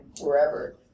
wherever